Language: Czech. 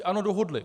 Ano, dohodli.